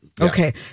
okay